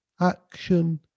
Action